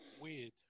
Weird